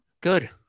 good